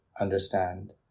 understand